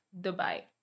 Dubai